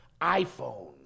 iPhone